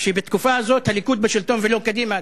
שבתקופה הזאת הליכוד בשלטון ולא קדימה,